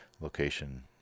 location